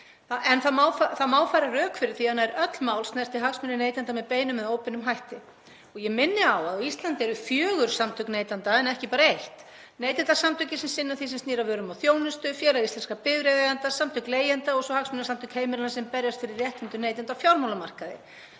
Það má færa rök fyrir því að nær öll mál snerti hagsmuni neytenda með beinum eða óbeinum hætti og ég minni á að á Íslandi eru fjögur samtök neytenda en ekki bara eitt: Neytendasamtökin, sem sinna því sem snýr að vörum og þjónustu, Félag íslenskra bifreiðaeigenda, Samtök leigjenda og svo Hagsmunasamtök heimilanna, sem berjast fyrir réttindum neytenda á fjármálamarkaði.